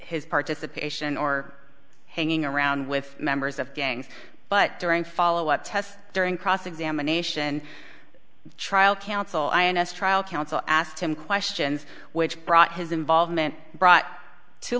his participation or hanging around with members of gangs but during follow up tests during cross examination trial counsel ins trial counsel asked him questions which brought his involvement brought to